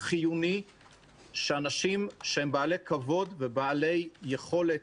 חיוני שאנשים שהם בעלי כבוד ובעלי יכולת